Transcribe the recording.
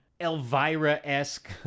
Elvira-esque